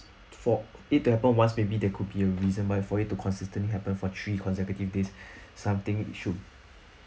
for it happened once maybe there could be a reason but for it to consistently happened for three consecutive days something should